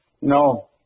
No